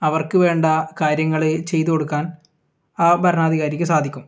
അവർക്ക് വേണ്ട കാര്യങ്ങൾ ചെയ്ത് കൊടുക്കാൻ ആ ഭരണാധികാരിക്ക് സാധിക്കും